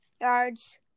yards